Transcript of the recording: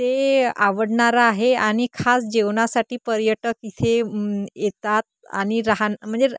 ते आवडणारं आहे आणि खास जेवणासाठी पर्यटक इथे येतात आणि राहणं म्हणजे